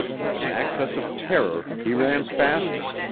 with an access of terror, he ran faster,